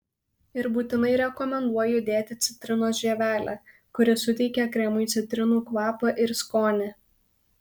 ir būtinai rekomenduoju dėti citrinos žievelę kuri suteikia kremui citrinų kvapą ir skonį